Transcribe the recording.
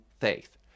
faith